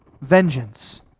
Vengeance